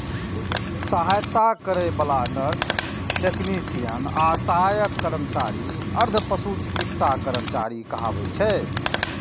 सहायता करै बला नर्स, टेक्नेशियन आ सहायक कर्मचारी अर्ध पशु चिकित्सा कर्मचारी कहाबै छै